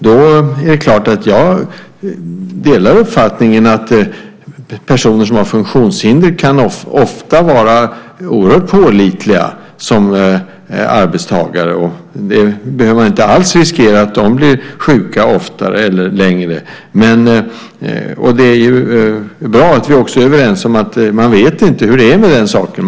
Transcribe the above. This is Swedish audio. Det är klart att jag delar uppfattningen att personer som har funktionshinder ofta kan vara oerhört pålitliga som arbetstagare, och man behöver inte alls riskera att de blir sjuka oftare eller längre. Det är bra att vi också är överens om att man inte vet hur det är med den saken.